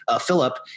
Philip